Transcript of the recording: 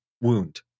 wound